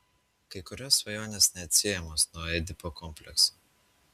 kai kurios svajonės neatsiejamos nuo edipo komplekso